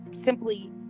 simply